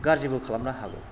गारजिबो खालामनो हागौ